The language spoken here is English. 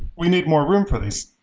we need more room for these.